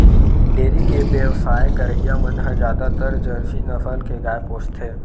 dairy के बेवसाय करइया मन ह जादातर जरसी नसल के गाय पोसथे